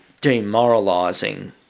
demoralising